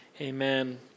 amen